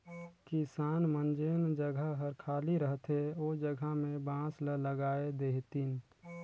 किसान मन जेन जघा हर खाली रहथे ओ जघा में बांस ल लगाय देतिन